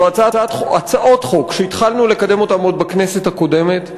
אלה הצעות חוק שהתחלנו לקדם עוד בכנסת הקודמת,